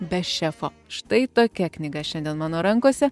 be šefo štai tokia knyga šiandien mano rankose